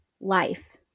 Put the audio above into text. life